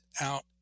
out